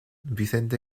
vicente